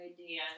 idea